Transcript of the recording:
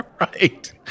Right